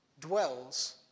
dwells